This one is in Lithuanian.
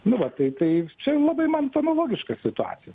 nu va tai tai čia labai man analogiška situacija